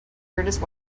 weirdest